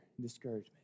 discouragement